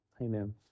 Amen